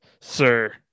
sir